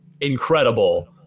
incredible